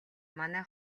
манай